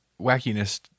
wackiness